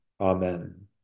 Amen